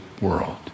world